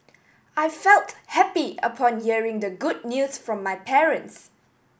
I felt happy upon hearing the good news from my parents